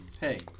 Hey